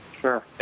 sure